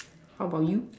how about you